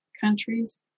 countries